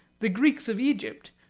the greeks of egypt,